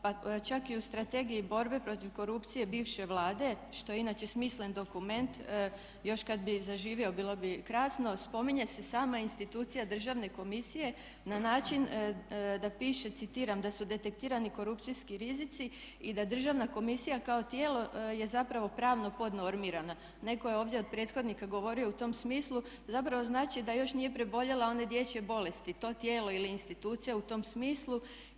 Pa čak i u Strategiji borbe protiv korupcije bivše Vlade, što je inače smislen dokument još kad bi zaživio bilo bi krasno, spominje se sama institucija Državne komisije na način da piše citiram "da su detektirani korupcijski rizici i da Državna komisija kao tijelo je zapravo pravno pod normirana." Netko je ovdje od prethodnika govorio u tom smislu, zapravo znači da još nije preboljela one dječje bolesti to tijelo ili institucija u tom smislu.